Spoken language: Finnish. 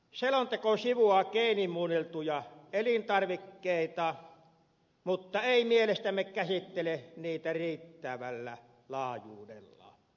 selonteko sivuaa geenimuunneltuja elintarvikkeita mutta ei mielestämme käsittele niitä riittävällä laajuudella